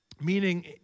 meaning